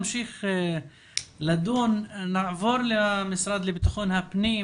נמשיך בדיון ונעבור למשרד לביטחון פנים,